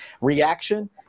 reaction